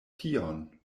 tion